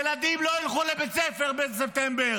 ילדים לא ילכו לבית ספר בספטמבר,